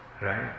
Right